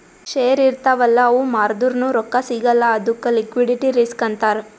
share ಇರ್ತಾವ್ ಅಲ್ಲ ಅವು ಮಾರ್ದುರ್ನು ರೊಕ್ಕಾ ಸಿಗಲ್ಲ ಅದ್ದುಕ್ ಲಿಕ್ವಿಡಿಟಿ ರಿಸ್ಕ್ ಅಂತಾರ್